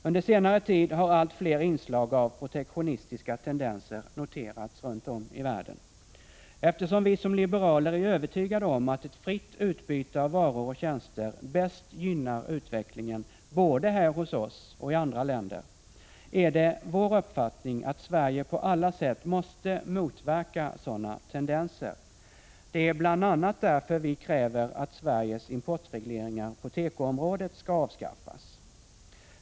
Under senare tid har allt fler inslag av protektionistiska tendenser noterats runt om världen. Eftersom vi som liberaler är övertygade om att ett fritt utbyte av varor och tjänster bäst gynnar utvecklingen både här hos oss och i andra länder är det vår uppfattning att Sverige på alla sätt måste motverka sådana tendenser. Det är bl.a. därför vi kräver att Sveriges importregleringar på tekoområdet skall avskaffas.